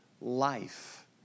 life